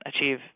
achieve